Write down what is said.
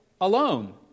alone